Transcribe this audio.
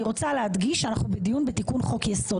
אני רוצה להדגיש שאנחנו בדיון בתיקון חוק יסוד.